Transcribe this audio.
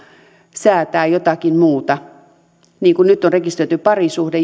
säätää ja laillistaa vielä jotakin muuta niin kuin nyt on rekisteröity parisuhde